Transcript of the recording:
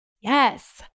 Yes